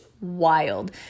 wild